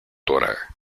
dra